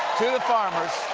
to the farmers,